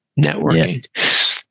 networking